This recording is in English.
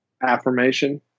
affirmation